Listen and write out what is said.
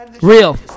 Real